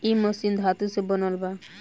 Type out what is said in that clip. इ मशीन धातु से बनल बा